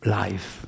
life